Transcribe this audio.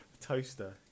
Toaster